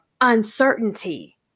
uncertainty